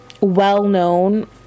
well-known